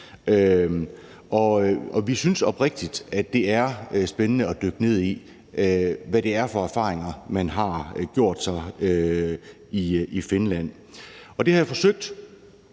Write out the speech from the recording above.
og vi synes oprigtigt, at det er spændende at dykke ned i, hvad det er for erfaringer, man har gjort sig i Finland. Det har jeg forsøgt,